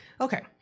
Okay